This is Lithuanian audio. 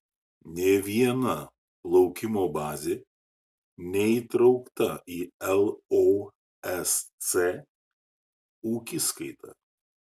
nė viena plaukimo bazė neįtraukta į losc ūkiskaitą